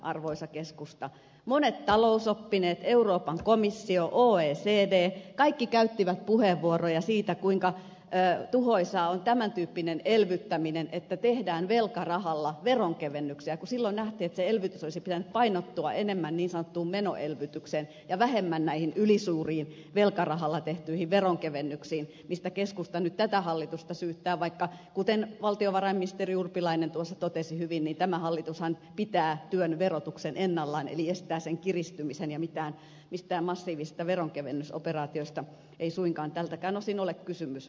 arvoisa keskusta juuri silloinhan monet talousoppineet euroopan komissio oecd kaikki käyttivät puheenvuoroja siitä kuinka tuhoisaa on tämäntyyppinen elvyttäminen että tehdään velkarahalla veronkevennyksiä kun silloin nähtiin että sen elvytyksen olisi pitänyt painottua enemmän niin sanottuun menoelvytykseen ja vähemmän näihin ylisuuriin velkarahalla tehtyihin veronkevennyksiin mistä keskusta nyt tätä hallitusta syyttää vaikka kuten valtiovarainministeri urpilainen tuossa totesi hyvin tämä hallitushan pitää työn verotuksen ennallaan eli estää sen kiristymisen ja mistään massiivisista veronkevennysoperaatioista ei suinkaan tältäkään osin ole kysymys